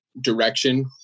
direction